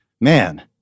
man